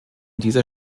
dieser